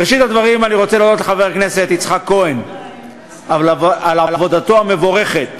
בראשית הדברים אני רוצה להודות לחבר הכנסת יצחק כהן על עבודתו המבורכת,